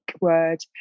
word